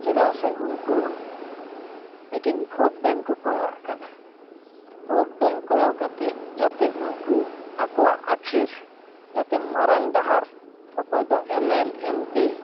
ᱪᱮᱫᱟᱜ ᱥᱮ ᱩᱱᱠᱩ ᱢᱤᱫᱴᱮᱱ ᱵᱷᱳᱴ ᱵᱮᱝᱠ ᱠᱚ ᱠᱚᱭᱚᱜᱼᱟᱜ ᱠᱟᱱᱟ ᱵᱷᱳᱴ ᱵᱮᱝᱠ ᱠᱚᱭᱚᱜ ᱠᱟᱛᱮᱫ ᱡᱟᱛᱮ ᱩᱱᱠᱩ ᱟᱠᱚᱣᱟᱜ ᱟᱹᱠᱷᱤᱨ ᱡᱟᱛᱮ ᱢᱟᱨᱟᱝ ᱰᱟᱦᱟᱨ ᱚᱠᱚᱭ ᱫᱚ ᱮᱢᱮᱞ ᱮᱢᱯᱤ